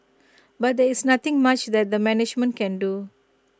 but there is nothing much that the management can do